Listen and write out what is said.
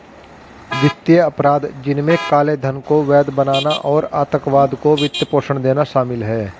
वित्तीय अपराध, जिनमें काले धन को वैध बनाना और आतंकवाद को वित्त पोषण देना शामिल है